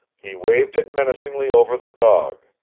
he waved it menacingly over the dog.